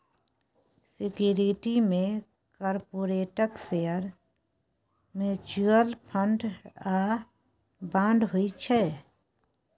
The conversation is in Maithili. सिक्युरिटी मे कारपोरेटक शेयर, म्युचुअल फंड आ बांड होइ छै